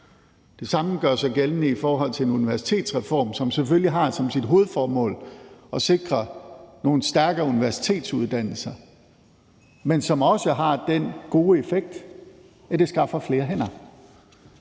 Det samme gør sig gældende i forhold til universitetsreformen, som selvfølgelig har som sit hovedformål at sikre nogle stærke universitetsuddannelser, men som også har den gode effekt, at den skaffer flere hænder.